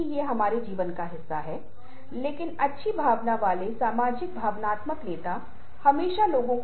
इसी तरह से यदि आप एक ही संस्कृति में छोटे बच्चों को मुस्कुराते हुए और वयस्क को मुस्कुराते हुए देखते हैं तो शायद आप एक अंतर पाएंगे